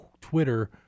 Twitter